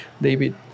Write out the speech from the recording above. David